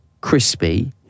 crispy